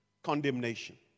condemnation